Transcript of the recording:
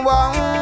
one